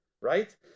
right